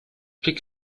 pick